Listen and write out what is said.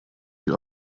die